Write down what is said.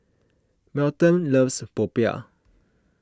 Melton loves Popiah